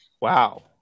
Wow